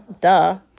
Duh